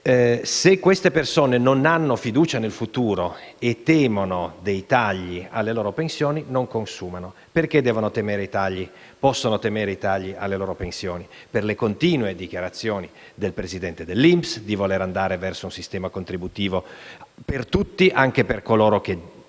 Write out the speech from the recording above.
se queste persone non hanno fiducia nel futuro e temono dei tagli alle loro pensioni non consumano. Possono temere i tagli alle loro pensioni per le continue dichiarazioni del presidente dell'INPS di voler andare verso un sistema contributivo per tutti, anche per coloro che